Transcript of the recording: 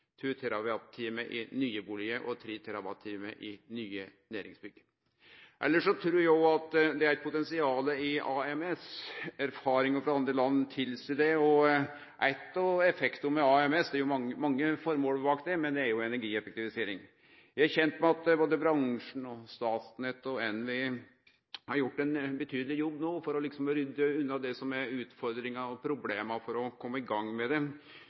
næringsbygg, 2 TWh i nye bustader og 3 TWh i nye næringsbygg. Elles trur eg det òg er eit potensial i Smart Straum, AMS. Erfaringar frå andre land tilseier det. Ein av effektane av AMS – det er mange formål bak det – er energieffektivisering. Eg er kjend med at både bransjen, Statnett og NVE har gjort ein betydeleg jobb for å rydde unna det som er utfordringar og problem, for å komme i gang med det.